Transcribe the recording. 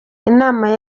inama